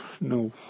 No